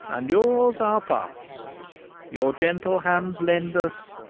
and yours our parts your gentle hands lend us,